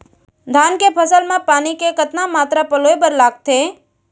धान के फसल म पानी के कतना मात्रा पलोय बर लागथे?